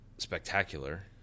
spectacular